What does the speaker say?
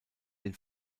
den